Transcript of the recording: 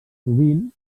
sovint